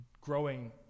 growing